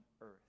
earth